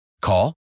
Call